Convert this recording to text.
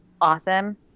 awesome